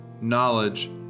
knowledge